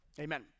amen